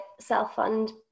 self-fund